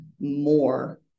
more